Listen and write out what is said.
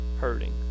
hurting